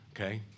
okay